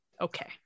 Okay